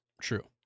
true